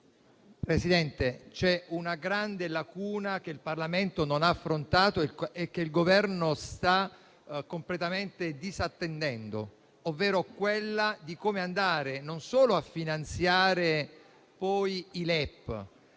una grande lacuna che il Parlamento non ha affrontato e che il Governo sta completamente disattendendo: non solo quella di come finanziare i LEP,